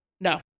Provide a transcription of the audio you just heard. No